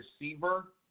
receiver